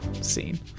Scene